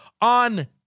on